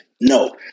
no